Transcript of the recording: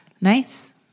nice